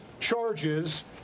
charges